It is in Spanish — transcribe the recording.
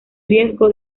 riesgo